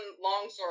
longsword